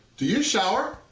do you shower?